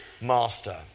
master